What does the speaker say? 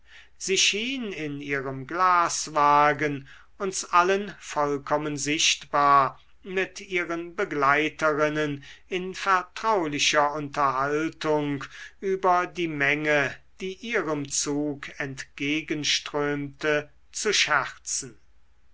sie schien in ihrem glaswagen uns allen vollkommen sichtbar mit ihren begleiterinnen in vertraulicher unterhaltung über die menge die ihrem zug entgegenströmte zu scherzen